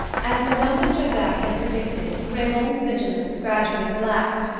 as madame de trezac had predicted, raymond's vigilance gradually relaxed,